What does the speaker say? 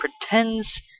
pretends